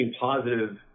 positive